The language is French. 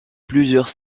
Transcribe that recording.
plusieurs